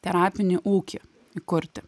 terapinį ūkį įkurti